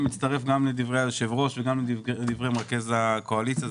אני מצטרף גם לדברי היושב-ראש וגם לדברי מרכז הקואליציה.